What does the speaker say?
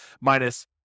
minus